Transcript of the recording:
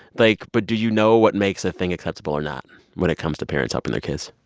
like but do you know what makes a thing acceptable or not when it comes to parents helping their kids?